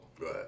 Right